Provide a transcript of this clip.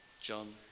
John